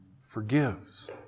forgives